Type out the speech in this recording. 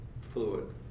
fluid